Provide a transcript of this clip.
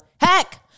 heck